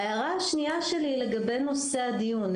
ההערה השנייה שלי היא לגבי נושא הדיון.